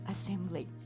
assembly